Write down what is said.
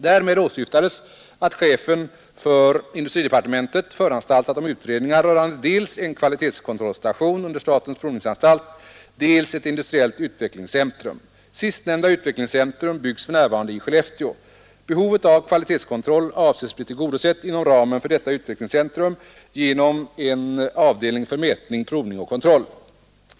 Därmed åsyftades att chefen för industridepartementet föranstaltat om utredningar rörande dels en kvalitetskontrollstation under statens provningsanstalt, dels ett industriellt utvecklingscentrum. Sistnämnda utvecklingscentrum byggs för närvarande upp i Skellefteå. Behovet av kvalitetskontroll avses bli tillgodosett inom ramen för detta utvecklingscentrum genom en avdelning för mätning, provning och kontroll.